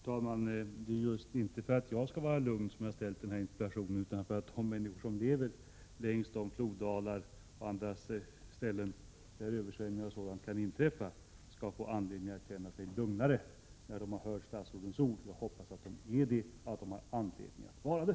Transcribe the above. Herr talman! Det är inte för att jag skall bli lugn som jag har ställt denna interpellation, utan för att de människor som lever längs floddalar och på andra platser där översvämningar kan inträffa skall få anledning att känna sig lugnare när de har hört statsrådets ord. Jag hoppas att de gör det, och att de har anledning att göra det.